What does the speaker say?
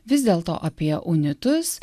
vis dėlto apie unitus